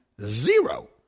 Zero